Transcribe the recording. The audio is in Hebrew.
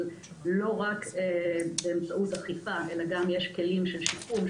אבל לא רק באמצעות אכיפה אלא גם עם כלים של שיקום,